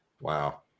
Wow